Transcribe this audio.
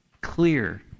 clear